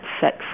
sex